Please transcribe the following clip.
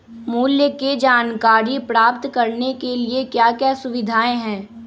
मूल्य के जानकारी प्राप्त करने के लिए क्या क्या सुविधाएं है?